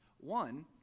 One